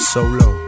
Solo